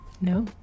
no